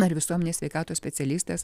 ar visuomenės sveikatos specialistas